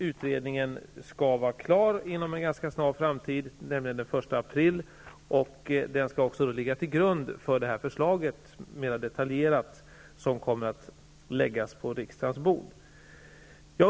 Utredningen skall vara klar inom en ganska snar framtid, nämligen den 1 april, och den skall ligga till grund för förslaget som kommer att läggas på riksdagens bord.